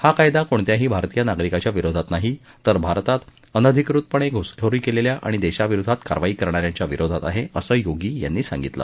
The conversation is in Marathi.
हा कायदा कोणत्याही भारतीय नागरिकाच्या विरोधात नाही तर भारतात अनधिकृतपणे घुसखोरी केलेल्या आणि देशा विरोधात कारवाई करणाऱ्यांच्या विरोधात आहे असं योगी यांनी सांगितलं